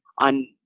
on